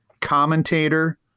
commentator